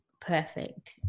perfect